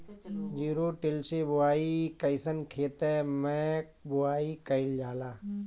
Zero till से बुआई कयिसन खेते मै बुआई कयिल जाला?